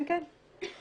כן, כן.